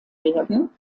werden